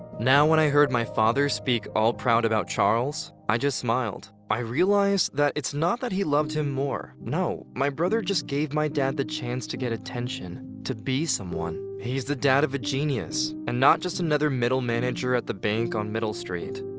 now when i heard my father speak all proud about charles, i just smiled. i realized that it's not that he loved him more, no my brother just gave my dad the chance to get attention, to be someone. he's the dad of a genius and not just another middle manager at the bank on middle street.